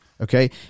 Okay